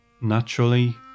Naturally